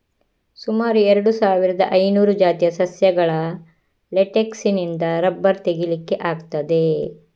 ಸುಮಾರು ಎರಡು ಸಾವಿರದ ಐನೂರು ಜಾತಿಯ ಸಸ್ಯಗಳ ಲೇಟೆಕ್ಸಿನಿಂದ ರಬ್ಬರ್ ತೆಗೀಲಿಕ್ಕೆ ಆಗ್ತದೆ